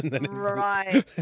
right